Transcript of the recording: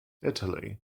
italy